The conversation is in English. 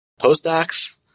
postdocs